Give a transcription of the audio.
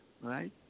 right